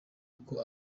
uko